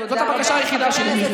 זו הבקשה היחידה שלי.